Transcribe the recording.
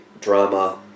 drama